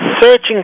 searching